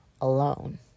alone